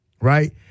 right